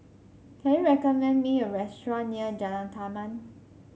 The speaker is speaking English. can you recommend me a restaurant near Jalan Taman